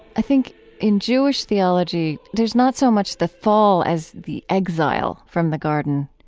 i think in jewish theology, there's not so much the fall as the exile from the garden.